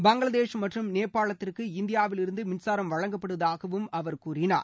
பங்களாதேஷ் மற்றும் நேபாளத்திற்கு இந்தியாவில் இருந்து மின்சாரம் வழங்கப்படுவதாகவும் அவர் கூறினார்